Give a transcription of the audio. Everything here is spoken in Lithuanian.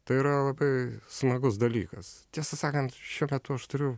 tai yra labai smagus dalykas tiesą sakant šiuo metu aš turiu